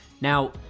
Now